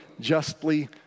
justly